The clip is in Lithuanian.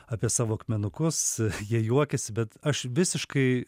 apie savo akmenukus jie juokiasi bet aš visiškai